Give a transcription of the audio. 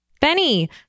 Benny